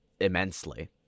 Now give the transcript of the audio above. immensely